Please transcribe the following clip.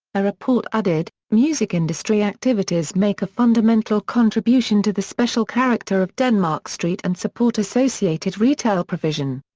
a report added, music industry activities make a fundamental contribution to the special character of denmark street and support associated retail provision.